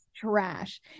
trash